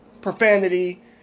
profanity